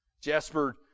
Jasper